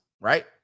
right